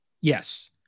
Yes